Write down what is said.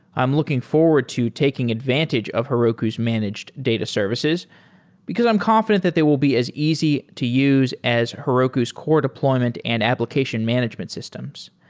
i'm looking forward to taking advantage of heroku's managed data services because i'm confident that they will be as easy to use as heroku's core deployment and application management systems.